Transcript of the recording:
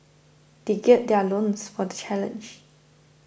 they gird their loins for the challenge